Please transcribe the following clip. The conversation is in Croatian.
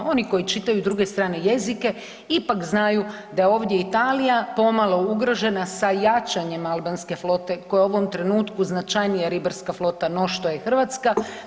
Oni koji čitaju druge strane jezike ipak znaju da je ovdje Italija pomalo ugrožena sa jačanjem albanske flote koja je u ovom trenutku značajnija ribarska flota no što je hrvatska.